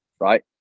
right